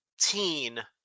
teen